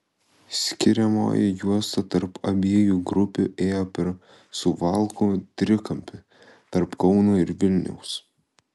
skiriamoji juosta tarp abiejų grupių ėjo per suvalkų trikampį tarp kauno ir vilniaus